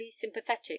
sympathetic